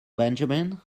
benjamin